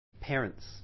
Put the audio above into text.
Parents